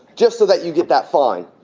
just so that you get that feeling.